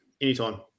Anytime